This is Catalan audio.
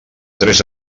tres